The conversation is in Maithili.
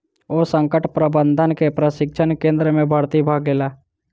ओ संकट प्रबंधन के प्रशिक्षण केंद्र में भर्ती भ गेला